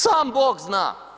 Sam bog zna.